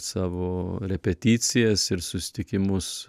savo repeticijas ir susitikimus